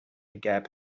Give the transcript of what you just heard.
gap